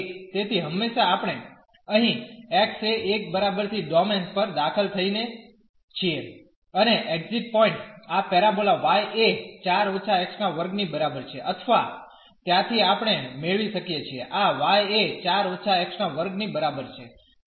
તેથી હંમેશા આપણે અહીં x એ 1 બરાબર થી ડોમેન પર દાખલ થઈએ છીએ અને એક્ઝિટ પોઇન્ટ આ પેરાબોલા y એ 4 − x2 ની બરાબર છે અથવા ત્યાંથી આપણે મેળવી શકીએ છીએ આ y એ 4 − x2 ની બરાબર છે